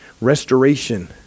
Restoration